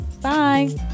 Bye